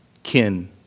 Kin